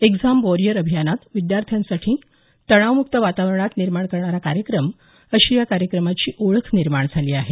exam warrior अभियानात विद्यार्थ्यांसाठी तणावमुक्त वातावरण निर्माण करणारा कार्यक्रम अशी या कार्यक्रमाची ओळख निर्माण झाली आहे